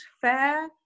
fair